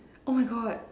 oh my God